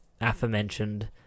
aforementioned